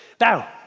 Now